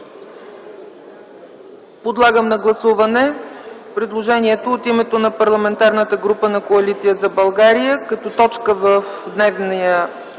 Подлагам на гласуване предложението от името на Парламентарната група на Коалиция за България като точка в дневния